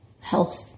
health